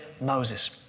Moses